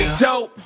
dope